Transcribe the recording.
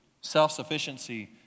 Self-sufficiency